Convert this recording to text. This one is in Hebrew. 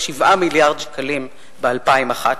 בערך 7 מיליארד שקלים ב-2011,